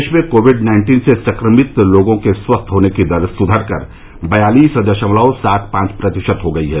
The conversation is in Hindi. देश में कोविड नाइन्टीन से संक्रमित लोगों के स्वस्थ होने की दर सुधरकर बयालीस दशमलव सात पांच प्रतिशत हो गई है